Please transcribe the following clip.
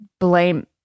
blame